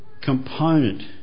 component